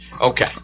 Okay